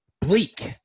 Bleak